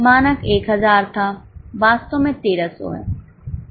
मानक 1000 था वास्तव में 1300 है